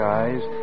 eyes